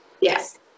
Yes